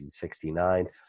1969